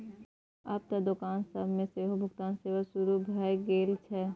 आब त दोकान सब मे सेहो भुगतान सेवा शुरू भ गेल छै